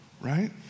right